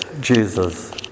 Jesus